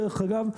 דרך אגב.